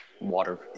Water